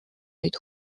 nüüd